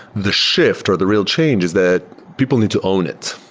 the shift or the real changes that people need to own it.